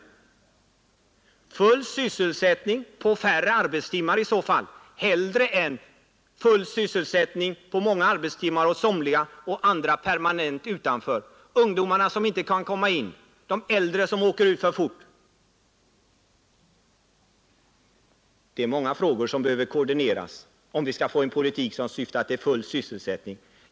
Full sysselsättning under färre arbetstimmar per anställd är i så fall att föredra framför full sysselsättning med många arbetstimmar för somliga medan andra står utanför sysselsättningen: ungdomarna som inte kan komma in och de äldre som åker ut för fort. Det är många frågor som behöver koordineras för att vi skall få en politik som leder till full sysselsättning.